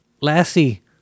Lassie